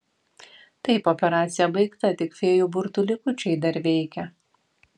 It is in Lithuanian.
taip operacija baigta tik fėjų burtų likučiai dar veikia